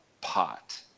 pot